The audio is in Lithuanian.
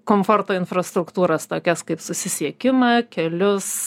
komforto infrastruktūras tokias kaip susisiekimą kelius